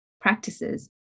practices